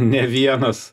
ne vienas